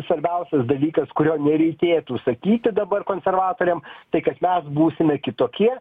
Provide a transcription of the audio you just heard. svarbiausias dalykas kurio nereikėtų sakyti dabar konservatoriam tai kad mes būsime kitokie